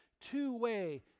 two-way